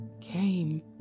came